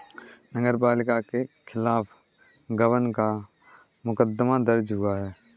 नगर पालिका के खिलाफ गबन का मुकदमा दर्ज हुआ है